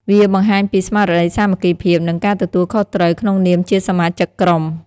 វាបង្ហាញពីស្មារតីសាមគ្គីភាព និងការទទួលខុសត្រូវក្នុងនាមជាសមាជិកក្រុម។